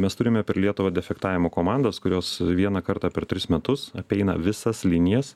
mes turime per lietuvą defektavimo komandos kurios vieną kartą per tris metus apeina visas linijas